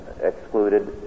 excluded